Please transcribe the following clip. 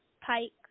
Pike